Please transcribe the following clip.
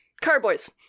Carboys